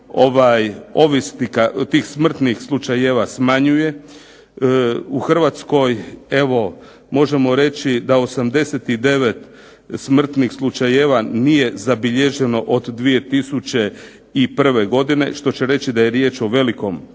broj ovisnika, tih smrtnih slučajeva smanjuje, u Hrvatskoj evo možemo reći da 89 smrtnih slučajeva nije zabilježeno od 2001. godine, što će reći da je riječ o velikom,